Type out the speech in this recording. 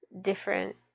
different